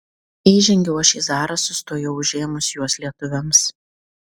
įžengiau aš į zarasus tuojau užėmus juos lietuviams